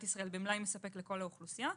ישראל במלאי מספק לכל האוכלוסייה,